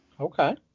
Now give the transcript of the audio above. Okay